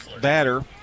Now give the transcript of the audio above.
batter